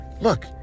Look